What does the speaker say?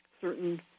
certain